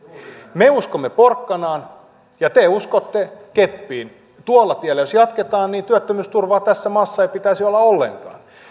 me uskomme porkkanaan ja te uskotte keppiin tuolla tiellä jos jatketaan niin työttömyysturvaa tässä maassa ei pitäisi olla ollenkaan